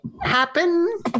happen